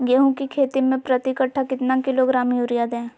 गेंहू की खेती में प्रति कट्ठा कितना किलोग्राम युरिया दे?